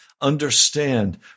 Understand